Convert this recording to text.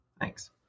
Thanks